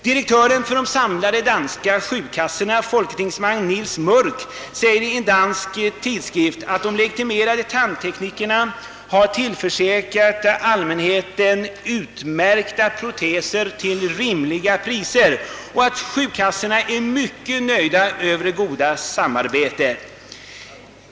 Direktören för de samlade danska sjukkassorna, folketingsman Nils Mörk, säger i en dansk tidskrift, att de legitimerade tandteknikerna har tillförsäkrat allmänheten utmärkta proteser till rimliga priser och att sjukkassorna är mycket nöjda med det goda samarbetet.